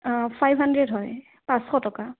অঁ five hundred হয় পাঁচশ টকা